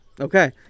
Okay